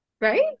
Right